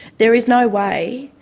there is no way,